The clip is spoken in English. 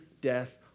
death